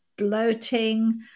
bloating